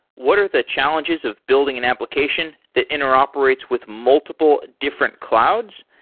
what are the challenges of building an application that interoperates with multiple different clouds?